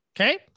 Okay